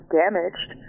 damaged